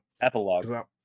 epilogue